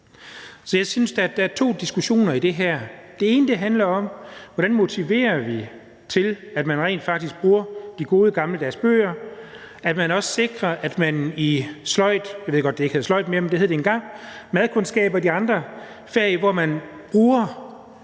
Så jeg synes, der er to diskussioner i det her. Den ene handler om, hvordan vi motiverer til, at man rent faktisk bruger de gode gammeldags bøger og også sikrer, at man i sløjd – jeg ved godt, det